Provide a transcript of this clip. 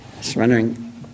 surrendering